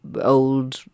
old